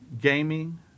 gaming